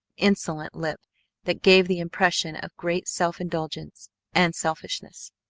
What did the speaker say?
insolent lip that gave the impression of great self-indulgence and selfishness.